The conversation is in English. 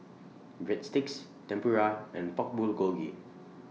Breadsticks Tempura and Pork Bulgogi